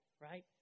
right